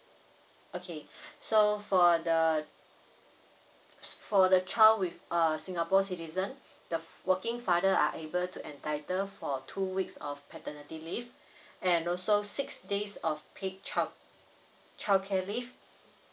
okay so for the s~ for the child with err singapore citizen the working father are able to entitled for two weeks of paternity leave and also six days of paid child child care leave